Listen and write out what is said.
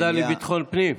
שנייה.